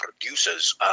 producers